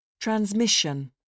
Transmission